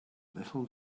little